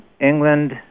England